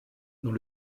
dans